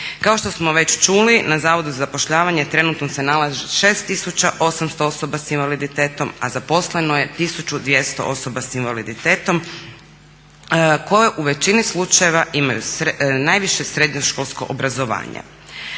Kao što smo već čuli na zavodu za zapošljavanje trenutno se nalazi 6800 osoba sa invaliditetom a zaposleno je 1200 osoba sa invaliditetom koje u većini slučajeva imaju najviše srednjoškolsko obrazovanje.